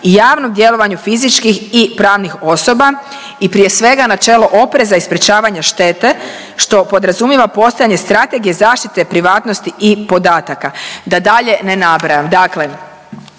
i javnom djelovanju fizičkih i pravnih osoba i prije svega načelo preže i sprječavanja štete što podrazumijeva postojanje strategije zaštite privatnosti i podataka, da dalje ne nabrajam.